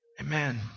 amen